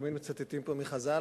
תמיד מצטטים פה מחז"ל,